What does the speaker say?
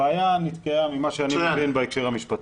הבעיה נתקעה, כפי שאני מבין, בהקשר המשפטי.